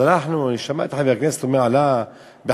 אז שמעתי חבר כנסת שאומר שזה עלה ב-50%.